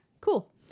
cool